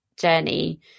journey